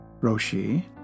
Roshi